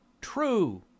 true